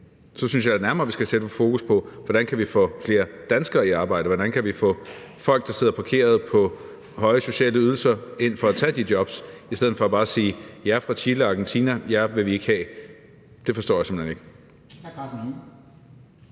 Så synes jeg da nærmere, vi skal sætte fokus på, hvordan vi kan få flere danskere i arbejde, hvordan vi kan få folk, der sidder parkeret på høje sociale ydelser, ind for at tage de jobs, i stedet for bare at sige: Jer fra Chile og Argentina vil vi ikke have. Det forstår jeg simpelt hen ikke.